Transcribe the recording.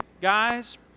guys